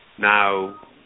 Now